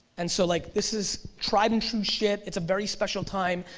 and so like this is tried and true shit, it's a very special time,